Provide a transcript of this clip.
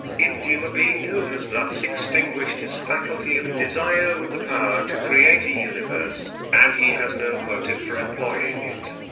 endue a being who has thus extinguished his faculty of desire with the power to create a universe, and he has no motive for employing it.